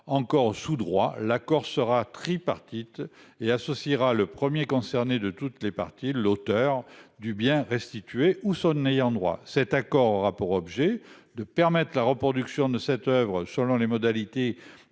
encore sous droits la Corse sera tripartite et associera le 1er concerné de toutes les parties de l'auteur du bien restituer ou son ayant droit. Cet accord a pour objet de permettre la reproduction de cette oeuvre selon les modalités